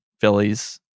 Phillies